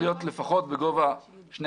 העץ צריך להיות לפחות בגובה של שני